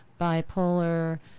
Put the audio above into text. bipolar